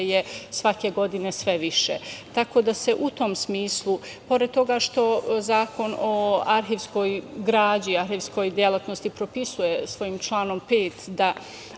je svake godine sve više, tako da se u tom smislu, pored toga što Zakon o arhivskoj građi, arhivskoj delatnosti propisuje svojim članom 5. da